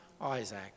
Isaac